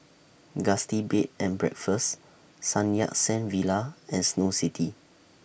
Gusti Bed and Breakfast Sun Yat Sen Villa and Snow City